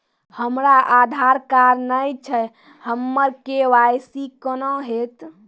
हमरा आधार कार्ड नई छै हमर के.वाई.सी कोना हैत?